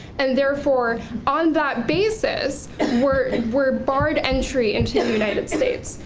and therefore on that basis were were barred entry into the united states.